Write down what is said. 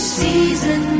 season